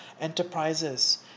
enterprises